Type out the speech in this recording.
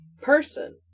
person